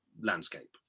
landscape